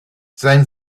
sein